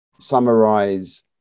summarize